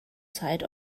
zeit